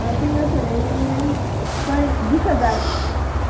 अँ तिम्रो स्यालेरी ट्वेइ बिस हजार